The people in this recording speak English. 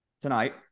tonight